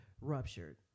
ruptured